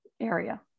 area